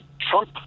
trump